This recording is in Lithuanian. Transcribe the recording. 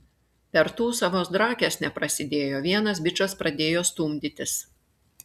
per tūsą vos drakės neprasidėjo vienas bičas pradėjo stumdytis